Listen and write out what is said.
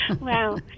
Wow